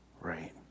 Right